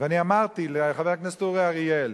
ואני אמרתי לחבר הכנסת אורי אריאל